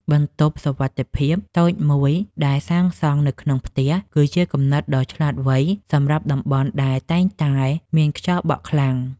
បន្ទប់សុវត្ថិភាពតូចមួយដែលសាងសង់នៅក្នុងផ្ទះ គឺជាគំនិតដ៏ឆ្លាតវៃសម្រាប់តំបន់ដែលតែងតែមានខ្យល់បក់ខ្លាំង។